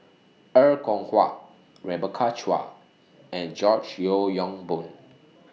Er Kwong Wah Rebecca Chua and George Yeo Yong Boon